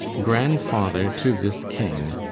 grandfather to this king,